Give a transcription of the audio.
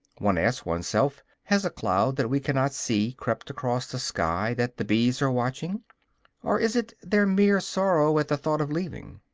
one asks oneself, has a cloud that we cannot see crept across the sky that the bees are watching or is it their mere sorrow at the thought of leaving?